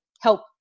help